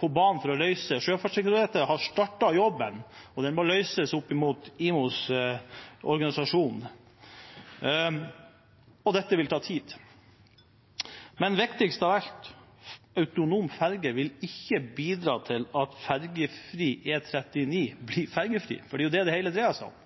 på banen med hvordan vi skal løse. Sjøfartsdirektoratet har startet jobben. Den må gjøres opp mot IMO-organisasjonen. Dette vil ta tid. Men viktigst av alt: Autonome ferjer vil ikke bidra til at E39 blir ferjefri, og det er jo det det hele dreier seg om.